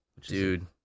Dude